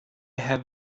have